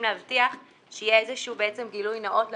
להבטיח שיהיה איזשהו גילוי נאות ללקוח,